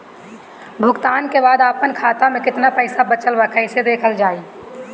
भुगतान के बाद आपन खाता में केतना पैसा बचल ब कइसे देखल जाइ?